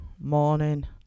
morning